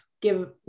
give